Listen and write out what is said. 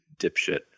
dipshit